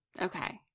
Okay